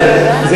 שתעשה לי עם הפה,